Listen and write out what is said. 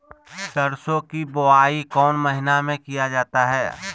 सरसो की बोआई कौन महीने में किया जाता है?